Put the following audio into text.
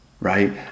right